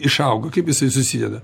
išauga kaip jisai susideda